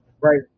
right